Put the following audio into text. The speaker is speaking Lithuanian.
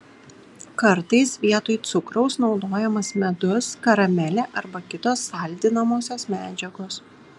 kartais vietoj cukraus naudojamas medus karamelė arba kitos saldinamosios medžiagos